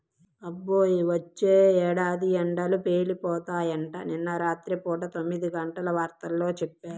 అబ్బో, వచ్చే ఏడాది ఎండలు పేలిపోతాయంట, నిన్న రాత్రి పూట తొమ్మిదిగంటల వార్తల్లో చెప్పారు